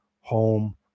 home